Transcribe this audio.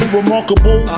remarkable